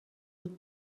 would